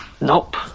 Nope